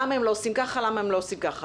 למה הם לא עושים ככה,